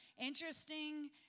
interesting